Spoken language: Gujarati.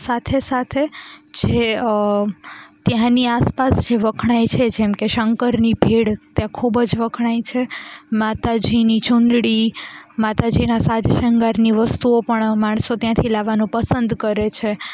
સાથે સાથે જે ત્યાંની આસપાસ જે વખણાય છે જેમ કે શંકરની ભેળ ત્યાં ખૂબ જ વખણાય છે માતાજીની ચુંદડી માતાજીના સાજ શણગારની વસ્તુઓ પણ માણસો ત્યાંથી લાવવાનું પસંદ કરે છે